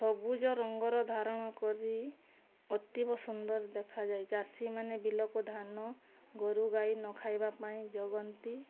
ସବୁଜ ରଙ୍ଗର ଧାରଣ କରି ଅତୀବ ସୁନ୍ଦର ଦେଖାଯାଏ ଚାଷୀମାନେ ବିଲକୁ ଧାନ ଗୋରୁଗାଈ ନ ଖାଇବାପାଇଁ ଜଗନ୍ତି